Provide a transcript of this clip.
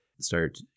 start